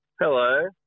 Hello